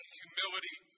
humility